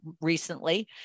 recently